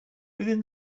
within